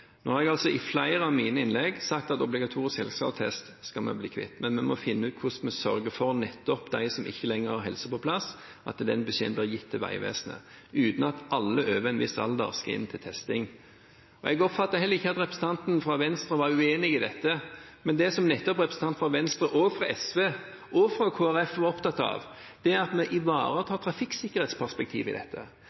Nå har jeg i flere av mine innlegg sagt at obligatorisk helseattest skal vi bli kvitt, men vi må finne ut hvordan man sørger for at beskjeden om dem som ikke lenger har helsen på plass, blir gitt til Vegvesenet, uten at alle over en viss alder skal inn til testing. Jeg oppfatter heller ikke at representanten fra Venstre var uenig i dette. Men det som nettopp representantene fra Venstre, SV og Kristelig Folkeparti er opptatt av, er at vi ivaretar trafikksikkerhetsperspektivet i dette.